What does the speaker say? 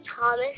Thomas